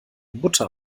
butter